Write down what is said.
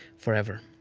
forever.